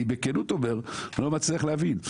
אני בכנות אומר שאני לא מצליח להבין.